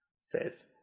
says